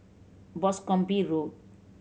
Boscombe Road